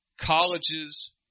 Colleges